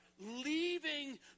leaving